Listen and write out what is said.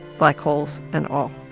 black holes and all.